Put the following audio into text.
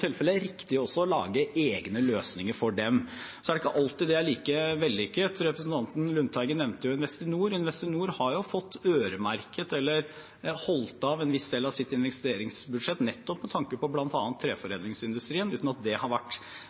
er ikke alltid det er like vellykket. Representanten Lundteigen nevnte Investinor. Investinor har jo fått øremerket eller holdt av en viss del av sitt investeringsbudsjett nettopp med tanke på bl.a. treforedlingsindustrien, uten at det har vært